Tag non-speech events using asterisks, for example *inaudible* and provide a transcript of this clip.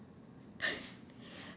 *laughs*